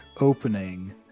opening